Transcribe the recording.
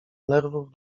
nerwów